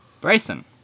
Bryson